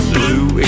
Blue